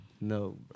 No